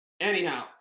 anyhow